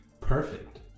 perfect